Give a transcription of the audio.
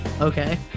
Okay